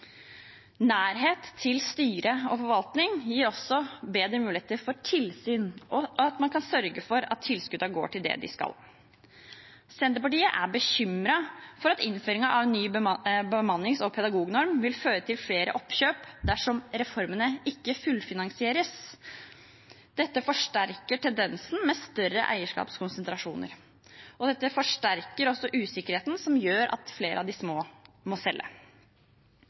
Nærhet til styre og forvaltning gir også bedre muligheter for tilsyn og at man kan sørge for at tilskuddene går til det de skal. Senterpartiet er bekymret for at innføringen av en ny bemannings- og pedagognorm vil føre til flere oppkjøp dersom reformene ikke fullfinansieres. Dette forsterker tendensen med større eierskapskonsentrasjoner, og dette forsterker også usikkerheten som gjør at flere av de små må selge.